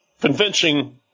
convincing